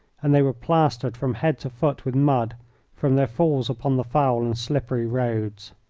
and they were plastered from head to foot with mud from their falls upon the foul and slippery roads.